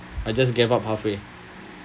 I just gave up halfway